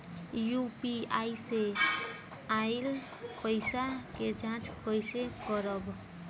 UPI से आइल पईसा के जाँच कइसे करब?